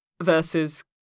versus